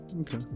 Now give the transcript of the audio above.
Okay